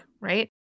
right